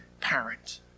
parent